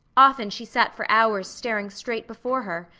often she sat for hours staring straight before her,